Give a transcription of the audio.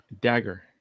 Dagger